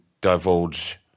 divulge